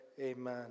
Amen